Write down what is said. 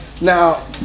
Now